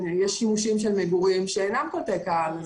יש שימושים של מגורים שאינם קולטי קהל.